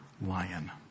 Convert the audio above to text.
lion